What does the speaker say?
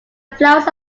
flowers